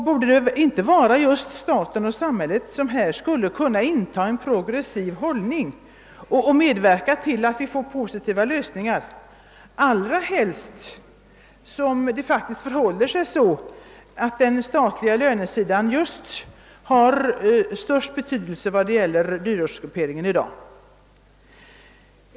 Borde inte staten och samhället här kunna intaga en progressiv hållning och medverka till positiva lösningar, allra helst som det faktiskt förhåller sig så, att just den statliga lönesidan har den största betydelsen för dyrortsgrupperingen i dag?